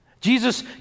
Jesus